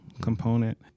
component